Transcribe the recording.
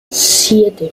siete